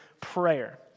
prayer